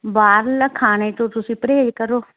ਬਾਹਰਲਾ ਖਾਣੇ ਤੋਂ ਤੁਸੀਂ ਪਰਹੇਜ਼ ਕਰੋ